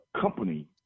company